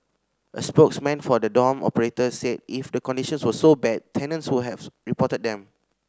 a spokesman for the dorm operator said if the conditions were so bad tenants would have reported them